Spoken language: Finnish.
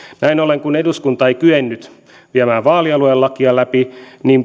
näin ollen kun eduskunta ei kyennyt viemään vaalialuelakia läpi